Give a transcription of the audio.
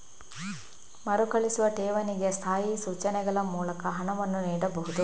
ಮರುಕಳಿಸುವ ಠೇವಣಿಗೆ ಸ್ಥಾಯಿ ಸೂಚನೆಗಳ ಮೂಲಕ ಹಣವನ್ನು ನೀಡಬಹುದು